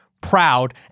proud